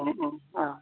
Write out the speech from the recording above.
उम उम औ